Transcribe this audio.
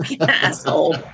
asshole